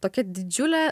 tokia didžiulė